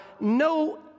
no